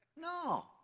No